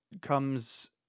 comes